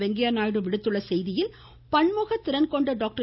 வெங்கையா நாயுடு விடுத்துள்ள செய்தியில் பன்முக திறன் கொண்ட டாக்டர்